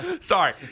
Sorry